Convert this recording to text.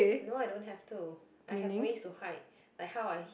no I don't have to I have ways to hide like how I